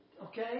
Okay